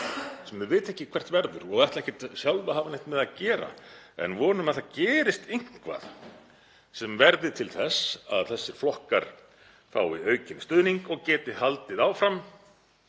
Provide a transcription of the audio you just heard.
sem þeir vita ekki hvert verður og ætla ekkert sjálf að hafa neitt með að gera, en von um að það gerist eitthvað sem verði til þess að þessir flokkar fái aukinn stuðning og geti haldið áfram